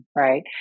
right